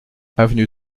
avenue